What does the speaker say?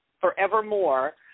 forevermore